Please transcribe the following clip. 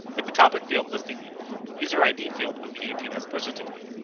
but the topic field listing the user id field of the apn s birth certificate.